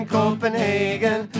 Copenhagen